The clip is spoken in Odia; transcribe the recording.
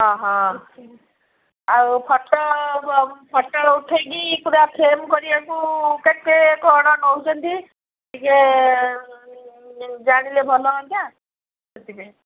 ହଁ ହଁ ଆଉ ଫଟୋ ଫଟୋ ଉଠେଇକି ପୁରା ଫ୍ରେମ୍ କରିବାକୁ କେତେ କ'ଣ ନଉଛନ୍ତି ଟିକେ ଜାଣିଲେ ଭଲ ହୁଅନ୍ତା ସେଥିପାଇଁ